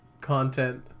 content